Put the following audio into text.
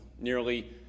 nearly